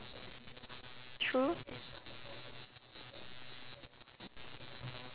true